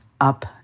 up